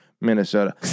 Minnesota